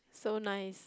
so nice